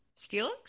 Steelix